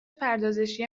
پردازشی